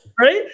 Right